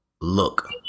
Look